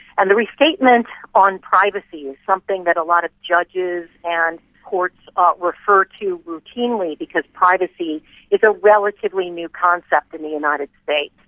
and the restatement on privacy is something that a lot of judges and courts ah refer to routinely because privacy is a relatively new concept in the united states.